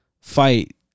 fight